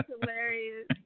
hilarious